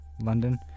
London